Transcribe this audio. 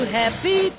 happy